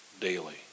daily